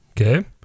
Okay